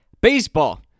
baseball